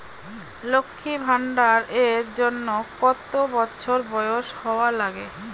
লক্ষী ভান্ডার এর জন্যে কতো বছর বয়স হওয়া লাগে?